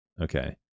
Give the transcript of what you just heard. okay